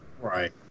Right